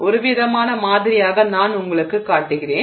ஒருவிதமான மாதிரியாக நான் உங்களுக்குக் காட்டுகிறேன்